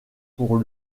pour